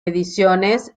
ediciones